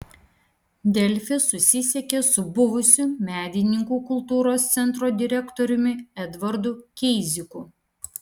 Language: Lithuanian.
delfi susisiekė su buvusiu medininkų kultūros centro direktoriumi edvardu keiziku